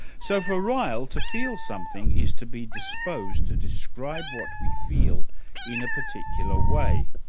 so, for ryle, to feel something is to be disposed to describe what we feel in a particular way.